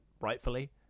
rightfully